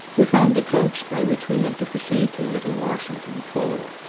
we found the coach, by which we meant to proceed to little washington, full,